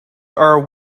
are